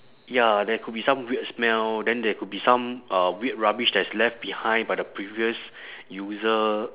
ya there could be some weird smell then there could be some uh weird rubbish that's left behind by the previous user